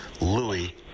Louis